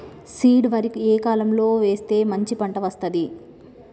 Seed వరి ఏ కాలం లో వేస్తే మంచి పంట వస్తది?